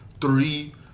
three